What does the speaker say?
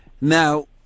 Now